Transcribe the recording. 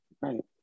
Right